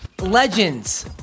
legends